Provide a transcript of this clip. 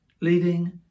leading